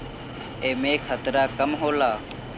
एमे खतरा कम होला